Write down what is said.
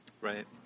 right